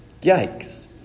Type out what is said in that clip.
Yikes